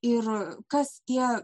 ir kas tie